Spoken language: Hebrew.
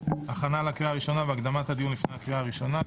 הכנה לקריאה הראשונה והקדמת הדיון לפני הקריאה הראשונה.